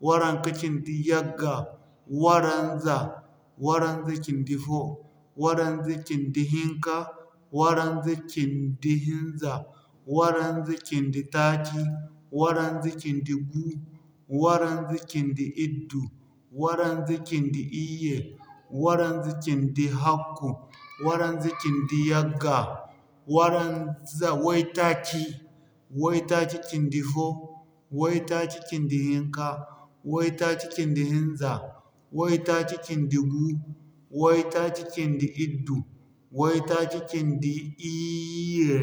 waranka-cindi yagga, waranza, waranza-cindi fo, waranza-cindi hinka, waranza-cindi hinza, waranza-cindi taaci, waranza-cindi gu, waranza-cindi iddu, waranza-cindi iyye, waranza-cindi hakku, waranza-cindi yagga, way-taaci, way-taaci cindi-fo, way-taaci cindi-hinka, way-taaci cindi-hinza, way-taaci cindi-gu, way-taaci cindi-iddu, way-taaci cindi-iyye.